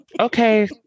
okay